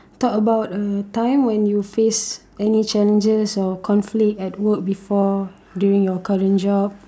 talk about a time when you face any challenges or conflict at work before during your current job